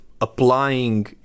applying